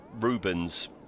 Rubens